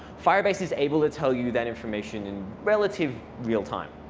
firebase is able to tell you that information in relative real time.